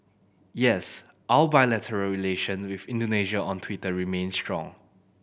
yes our bilateral relation with Indonesia on Twitter remains strong